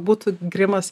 būtų grimas